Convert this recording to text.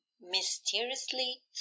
mysteriously